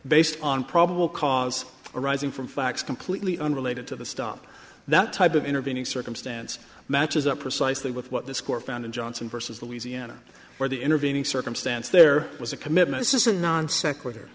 based on probable cause arising from facts completely unrelated to the stop that type of intervening circumstance matches up precisely with what this court found in johnson versus louisiana where the intervening circumstance there was a commitment this is a non se